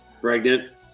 Pregnant